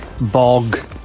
bog